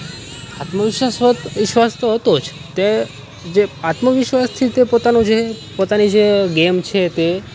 આત્મવિશ્વાસ તો હતો જ તે જે આત્મવિશ્વાસથી તે પોતાનું જે પોતાની જે ગેમ છે તે